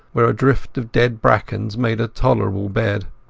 where a drift of dead brackens made a tolerable bed.